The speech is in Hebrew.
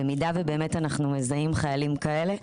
במידה ובאמת אנחנו מזהים חיילים כאלה,